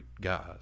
guys